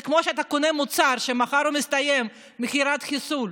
זה כמו שאתה קונה מוצר כשמחר מסתיימת מכירת חיסול.